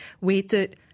waited